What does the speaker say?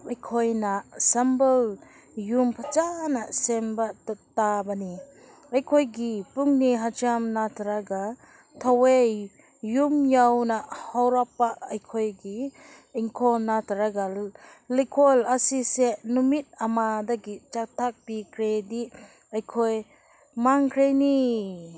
ꯑꯩꯈꯣꯏꯅ ꯁꯝꯕꯜ ꯌꯨꯝ ꯐꯖꯅ ꯁꯦꯝꯕ ꯇꯥꯕꯅꯤ ꯑꯩꯈꯣꯏꯒꯤ ꯄꯨꯛꯅꯤꯡ ꯍꯛꯆꯥꯡ ꯅꯠꯇ꯭ꯔꯒ ꯊꯋꯥꯏ ꯌꯨꯝ ꯌꯥꯎꯅ ꯍꯧꯔꯛꯄ ꯑꯩꯈꯣꯏꯒꯤ ꯏꯪꯈꯣꯜ ꯅꯠꯇ꯭ꯔꯒ ꯂꯩꯀꯣꯜ ꯑꯁꯤꯁꯦ ꯅꯨꯃꯤꯠ ꯑꯃꯗꯒꯤ ꯆꯥꯊꯣꯛꯄꯤꯈ꯭ꯔꯗꯤ ꯑꯩꯈꯣꯏ ꯃꯥꯡꯈ꯭ꯔꯅꯤ